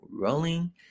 rolling